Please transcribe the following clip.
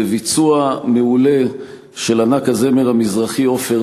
בביצוע מעולה של ענק הזמר המזרחי עופר